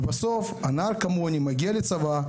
ובסוף נער כמוני מגיע לצבא,